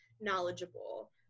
knowledgeable